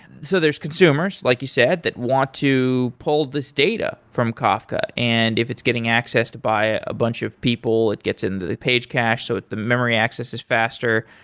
so there's consumers like you said that want to pull this data from kafka and if it's getting accessed to buy a bunch of people, it gets into the page cache so the memory access is faster.